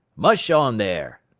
mush on there!